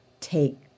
take